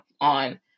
on